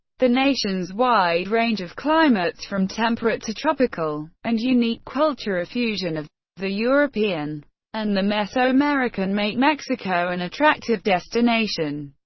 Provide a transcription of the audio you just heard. the nation's wide range of climates, from temperate to tropical, and unique culture a fusion of the european and the mesoamerican make mexico an and attractive destination.